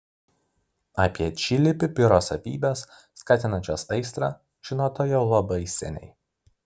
apie čili pipiro savybes skatinančias aistrą žinota jau labai seniai